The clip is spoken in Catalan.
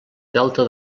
delta